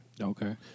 Okay